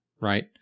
right